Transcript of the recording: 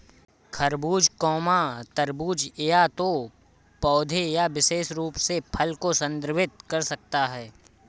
खरबूज, तरबूज या तो पौधे या विशेष रूप से फल को संदर्भित कर सकता है